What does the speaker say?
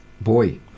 boy